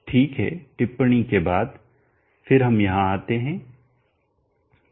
ठीक है टिप्पणी के बाद फिर हम यहां आते हैं